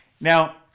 Now